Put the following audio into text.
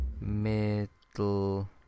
Middle